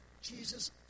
Jesus